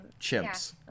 Chimps